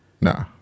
Nah